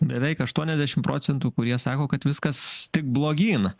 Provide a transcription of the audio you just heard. beveik aštuoniasdešim procentų kurie sako kad viskas tik blogyn